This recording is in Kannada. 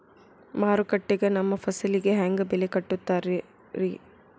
ಮಾರುಕಟ್ಟೆ ಗ ನಮ್ಮ ಫಸಲಿಗೆ ಹೆಂಗ್ ಬೆಲೆ ಕಟ್ಟುತ್ತಾರ ರಿ?